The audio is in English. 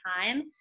time